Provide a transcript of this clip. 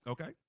Okay